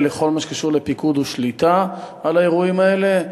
בכל מה שקשור לפיקוד ושליטה על האירועים האלה,